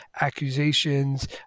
accusations